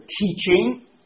teaching